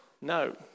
No